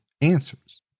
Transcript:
answers